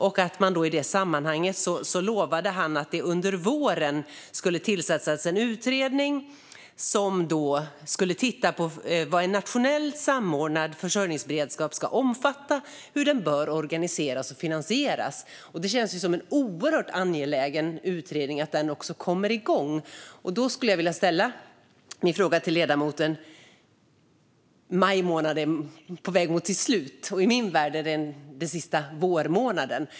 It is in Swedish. I detta sammanhang lovade statsrådet att det under våren skulle tillsättas en utredning om vad en nationell samordnad försörjningsberedskap ska omfatta och hur den ska organiseras och finansieras. Det känns oerhört angeläget att denna utredning kommer igång, och därför har jag en fråga till ledamoten. Maj månad är på väg mot sitt slut, och i min värld är det den sista vårmånaden.